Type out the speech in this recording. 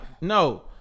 No